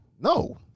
No